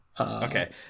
Okay